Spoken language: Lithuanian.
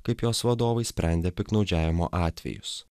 kaip jos vadovai sprendė piktnaudžiavimo atvejus